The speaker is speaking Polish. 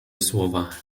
słowa